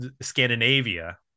scandinavia